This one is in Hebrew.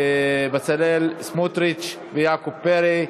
בצלאל סמוטריץ ויעקב פרי.